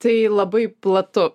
tai labai platu